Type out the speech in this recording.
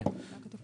כן.